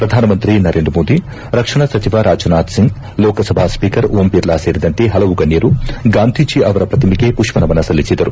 ಪ್ರಧಾನಮಂತ್ರಿ ನರೇಂದ್ರ ಮೋದಿ ರಕ್ಷಣಾ ಸಚಿವ ರಾಜನಾಥ್ ಸಿಂಗ್ ಲೋಕಸಭಾ ಸ್ವೀಕರ್ ಓಂ ಬಿರ್ಲಾ ಸೇರಿದಂತೆ ಹಲವು ಗಣ್ಣರು ಗಾಂಧಿಜಿ ಅವರ ಪ್ರತಿಮೆಗೆ ಪುಷ್ಪನಮನ ಸಲ್ಲಿಸಿದರು